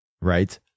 right